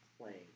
playing